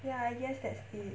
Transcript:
ya I guess that's it